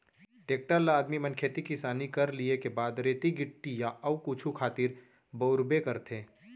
tractor ल आदमी मन खेती किसानी कर लिये के बाद रेती गिट्टी या अउ कुछु खातिर बउरबे करथे